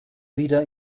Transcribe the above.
wieder